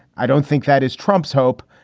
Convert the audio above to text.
i don't think that is trump's hope,